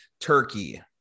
turkey